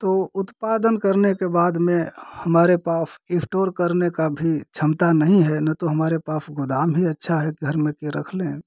तो उत्पादन करने के बाद में हमारे पास इस्टोर करने का भी क्षमता नहीं है न तो हमारे पास गोदाम ही अच्छा है घर में कि रख लें